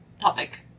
topic